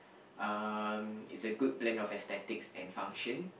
um it's a good blend of aesthetics and function